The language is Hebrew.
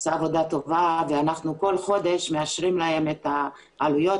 עושה עבודה טובה ואנחנו כל חודש מאשרים להם את העלויות.